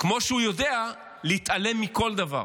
כמו שהוא יודע להתעלם מכל דבר.